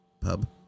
pub